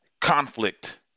conflict